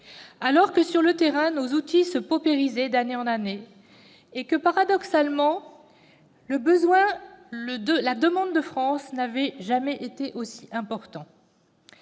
alors que, sur le terrain, nos outils se paupérisaient d'année en année et que, paradoxalement, le besoin et la demande de France n'avaient jamais été aussi importants-